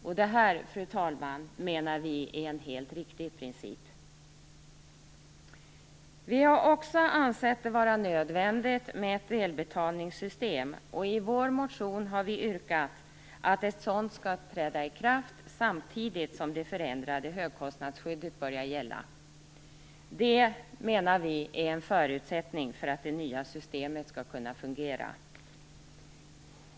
Vi anser att detta är en helt riktig princip. Vi har också ansett det vara nödvändigt med ett delbetalningssystem och har i vår motion yrkat att ett sådant skall träda i kraft samtidigt som det förändrade högkostnadsskyddet börjar gälla. Detta, menar vi, är en förutsättning för att det nya systemet skall kunna fungera.